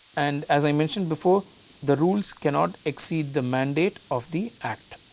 and as i mentioned before the rules cannot exceed the mandate of the act.